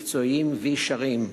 מקצועיים וישרים,